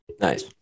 Nice